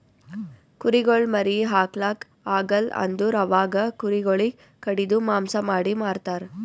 ಕುರಿಗೊಳ್ ಮರಿ ಹಾಕ್ಲಾಕ್ ಆಗಲ್ ಅಂದುರ್ ಅವಾಗ ಕುರಿ ಗೊಳಿಗ್ ಕಡಿದು ಮಾಂಸ ಮಾಡಿ ಮಾರ್ತರ್